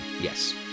Yes